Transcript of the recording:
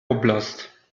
oblast